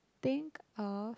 think of